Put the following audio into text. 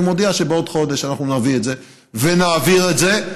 אני מודיע שבעוד חודש אנחנו נביא את זה ונעביר את זה.